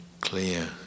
clear